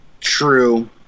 true